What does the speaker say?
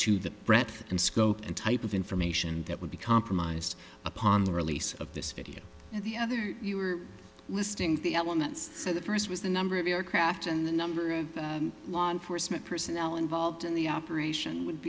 to the breadth and scope and type of information that would be compromised upon the release of this video and the other you were listing the elements so the first was the number of aircraft and the number of law enforcement personnel involved in the operation would